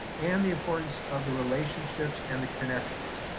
and the importance of the relationships and the connections.